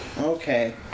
Okay